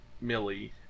Millie